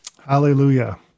Hallelujah